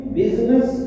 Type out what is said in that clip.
business